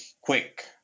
quick